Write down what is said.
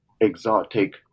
exotic